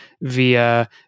via